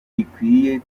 rikwiye